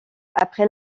après